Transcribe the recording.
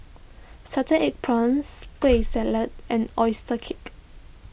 Salted Egg Prawns Kueh Salat and Oyster Cake